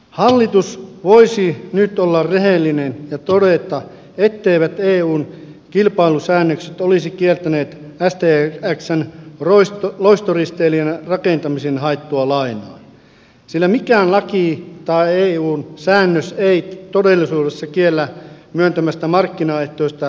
hallitus voisi nyt olla rehellinen ja todeta etteivät eun kilpailusäännökset olisi kieltäneet stxn loistoristeilijän rakentamiseen haettua lainaa sillä mikään laki tai eun säännös ei todellisuudessa kiellä myöntämästä markkinaehtoista käyttöpääomalainaa yritykselle